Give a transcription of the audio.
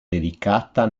dedicata